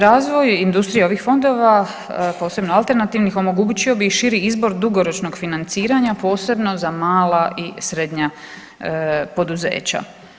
Razvoj industrije ovih fondova posebno alternativnih omogućio bi širi izbor dugoročnog financiranja posebno za mala i srednja poduzeća.